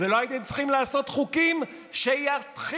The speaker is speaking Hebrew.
ולא הייתם צריכים לעשות חוקים שיבטלו את תקנות החירום,